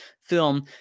film